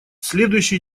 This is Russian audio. следующий